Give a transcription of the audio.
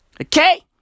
Okay